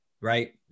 Right